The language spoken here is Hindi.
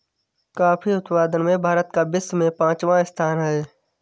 कॉफी उत्पादन में भारत का विश्व में पांचवा स्थान है